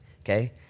okay